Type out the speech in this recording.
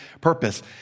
purpose